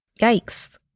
Yikes